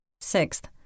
Sixth